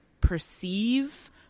perceive